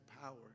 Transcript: power